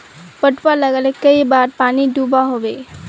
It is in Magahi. पटवा लगाले कई बार पानी दुबा होबे?